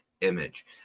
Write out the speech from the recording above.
image